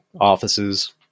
offices